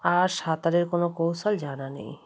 আর সাঁতারের কোনো কৌশল জানা নেই